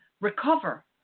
recover